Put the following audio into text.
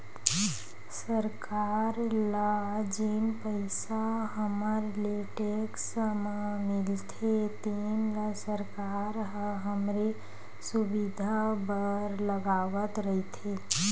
सरकार ल जेन पइसा हमर ले टेक्स म मिलथे तेन ल सरकार ह हमरे सुबिधा बर लगावत रइथे